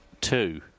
Two